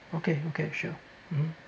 okay okay sure mmhmm